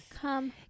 Come